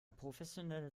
professionelle